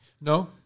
No